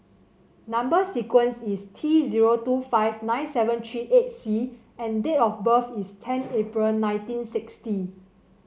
number sequence is T zero two five nine seven three eight C and date of birth is ten April nineteen sixty